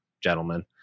gentlemen